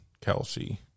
Kelsey